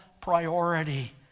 priority